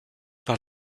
par